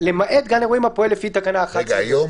"למעט גן אירועים הפועל לפי תקנה 11ב". היום,